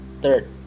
third